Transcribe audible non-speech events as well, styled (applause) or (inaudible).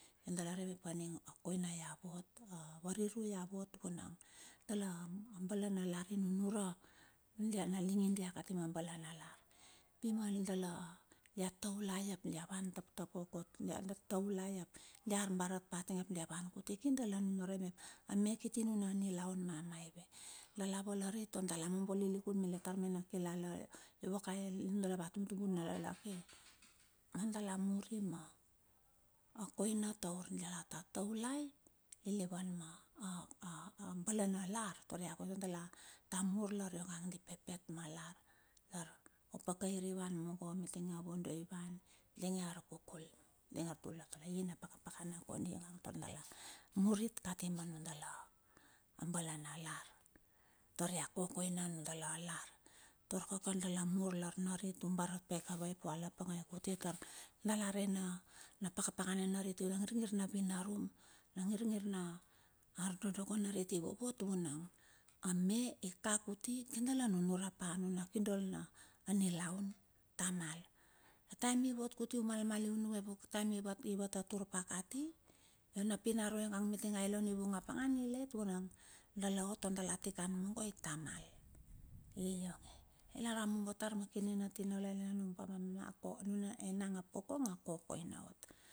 Da rei mep a ning a koina a vot, a variru a vot vunung, dala a bale na lar i nunura di a linge dia kati ma bala na lar. Pi ma dala a dia taulai ap dia van taptap pokot dia dek dia taulai, ap dia arbarat pa tinge ap dia van kuti kir dala nunuran mep a me kiti a nuna nilaun mamaive. Dala valari taur dala mombo lilikun tar me na kilala ova ka ing a tumtumbui dala pit. (noise) Na dala muri ma a koina tur dala ta taulai lilivan ma a a a a bale na lar kan dala kondi dia ta mur lar iongai di pipit ma lar. Lar o pakair i wan munngo mitinge, a vondo i wan, mitinge ar kukul, tinge a tuletule, i na pakapakana kondi ngang tar dala murit kati ma nudala a bale na lar, tar ia kokoinu a nudala lar. Taur kaka dala mur lar narit barat pai ka vae lo a pangei kuti tar dala re na pakapakana narit na ngirngir na vinarum, na ngirngir na arnododoko, narit i vovot. Vunang, a me ika kuti kir dala nunure pa anuna kindol na nilaun tamal. Taem ivot kuti u malmal i nuk mep ataem i vat vatatur pa kati, iong na pinarua iongai mitingai i lo ivung apangan on i late vunang dala ot taur dala tikan mugo ai tamal. Lar a mobo tar ma ta ma kini na tinaulai ma numila enang ap kokong a kokoina ot.